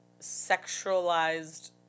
sexualized